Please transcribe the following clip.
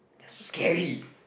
they are so scary